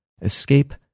Escape